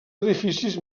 edificis